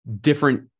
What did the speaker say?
different